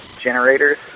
generators